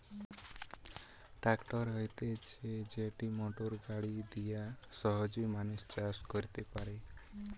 tractor হতিছে যেটি motor গাড়ি দিয়া সহজে মানুষ চাষ কইরতে পারে